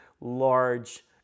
large